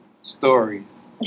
stories